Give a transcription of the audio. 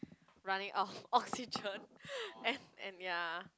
running out of oxygen and and ya